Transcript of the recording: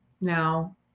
now